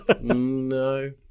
No